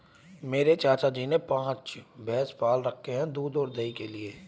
मेरे चाचा जी ने पांच भैंसे पाल रखे हैं दूध और दही के लिए